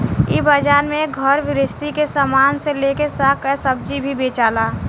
इ बाजार में घर गृहस्थी के सामान से लेके साग आ सब्जी भी बेचाला